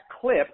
clip